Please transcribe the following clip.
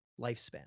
lifespan